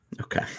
Okay